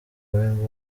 wemba